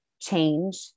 change